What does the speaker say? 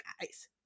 guys